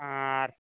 ᱟᱨ